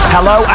Hello